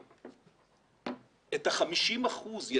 את ה-50 אחוזים,